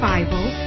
Bible